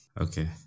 Okay